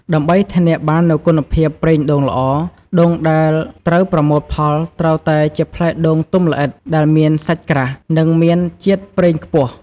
ដើម្បីធានាបាននូវគុណភាពប្រេងដូងល្អ ដូងដែលត្រូវប្រមូលផលត្រូវតែជាផ្លែដូងទុំល្អិត ដែលមានសាច់ក្រាស់ និងមានជាតិប្រេងខ្ពស់។